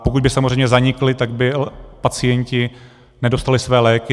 Pokud by samozřejmě zanikly, tak by pacienti nedostali své léky.